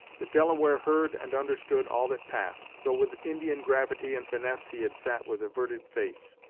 the delaware heard and understood all that passed, though with indian gravity and finesse he had sat with averted face,